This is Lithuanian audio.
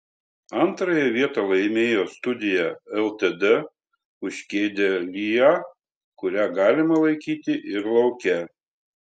antrąją vietą laimėjo studija ltd už kėdę lya kurią galima laikyti ir lauke